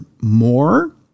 more